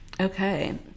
Okay